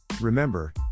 Remember